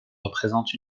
représentent